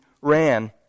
ran